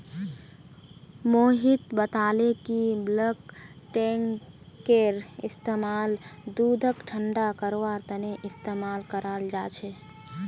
मोहित बताले कि बल्क टैंककेर इस्तेमाल दूधक ठंडा करवार तने इस्तेमाल कराल जा छे